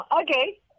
Okay